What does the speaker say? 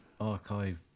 archive